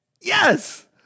Yes